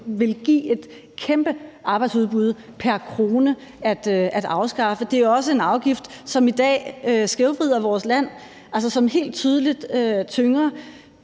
det give et kæmpe arbejdsudbud pr. krone. Det er også en afgift, som i dag skævvrider vores land, og som altså helt tydeligt tynger,